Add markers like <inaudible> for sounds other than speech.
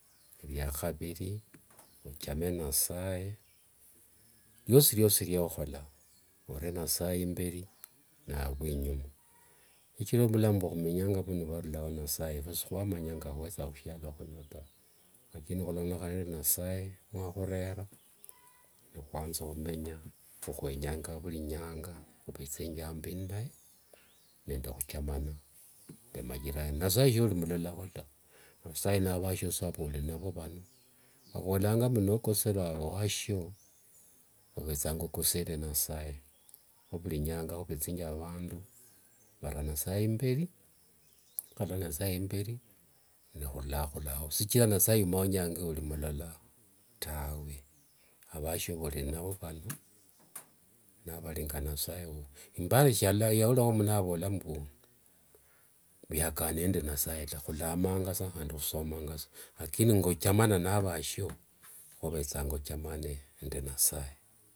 Liakhaviri, ochame nasaye, liosi liosi liokhola ore nasaye imberi <noise> navwe inyuma. Shichira vulamu vwa khumenyanga vunon ni vwa nasaye, efwe shikhuamanya nga khwetha khusialo khuno ta. Lakini khulondekhana nende nasaye niwakhurera, <noise> nikhuanza khumenya, <noise> kho khumenyanga mulinyanga nikhumuchama. Nasaye solimulola ta, nasaye navashio volinavo vavo. Vavolanga nokosera ewashio, ovethangq okosere nasaye. Kho vulinyanga khuvethenge avandu vara nasaye imberi, nikhuakhara nasaye imberi <unintelligible> shichira nasaye iumao inyanga yolimulola tawe. Avasio voliinavo <noise> vano, nivalinga nasaye wuwo. Embara shia <hesitation> ulirakho mundu navola mbu yakanire be nasaye ta. Khulamanga sa handi khusomamangasa. <noise> lakini ngochamana na vashio, kho ovethanga ochamane nende nasaye.